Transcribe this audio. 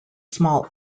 small